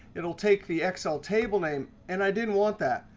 it'll take the excel table name, and i didn't want that.